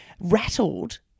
rattled